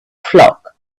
flock